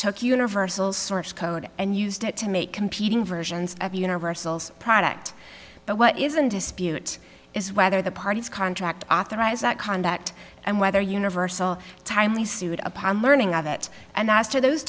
took universal source code and used it to make competing versions of universals product but what is in dispute is whether the parties contract authorized that conduct and whether universal timely sued upon learning of it and as to those